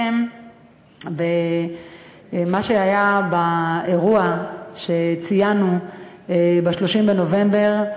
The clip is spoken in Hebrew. אני חייבת רק לסכם במה שהיה באירוע שציינו ב-30 בנובמבר.